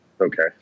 okay